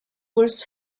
was